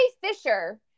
Fisher